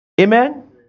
Amen